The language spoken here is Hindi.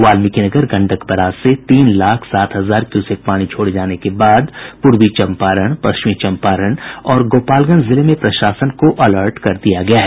वाल्मीकिनगर गंडक बराज से तीन लाख सात हजार क्यूसेक पानी छोड़े जाने के बाद पूर्वी चंपारण पश्चिमी चंपारण और गोपालगंज जिले में प्रशासन को अलर्ट कर दिया गया है